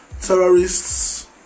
terrorists